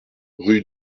rue